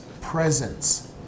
presence